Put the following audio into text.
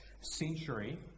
century